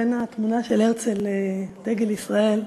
בין התמונה של הרצל לדגל ישראל,